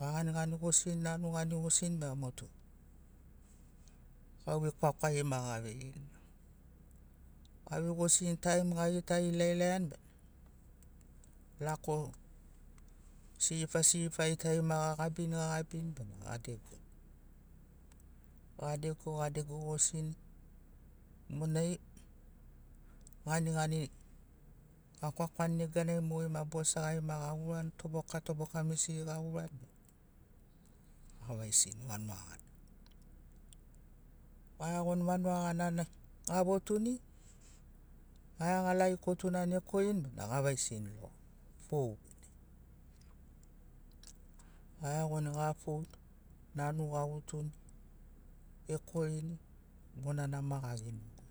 Ga ganigani gosini nanu ga niu gosini bena motu gauvei kuakuari ma ga veirini. Ga vei gosirin taim ga gita ila ilaiani bena lako sirifa sirifari tari ma gagabini gagabini bena gadegoni. Gadego gadego gosini monai ganigani ga kwakwani neganai mogeri ma bosegai ma gagurani toboka toboka misiri gagurani bena gavaisini vanuga gana. Gaiagoni vanuagana gavotuni, ga iagalagi kotunani ekorini bena gavaisini fou bene. Ga iagoni gafouni, nanu gagutuni, ekorini monana ma ga genogoini.